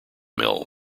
mill